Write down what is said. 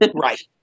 Right